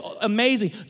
amazing